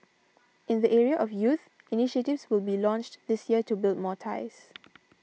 in the area of youth initiatives will be launched this year to build more ties